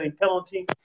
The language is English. penalty